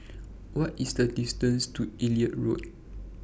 What IS The distance to Elliot Road